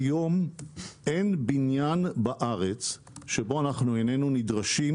כיום אין בניין בארץ שבו איננו נדרשים